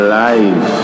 life